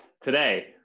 today